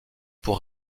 pour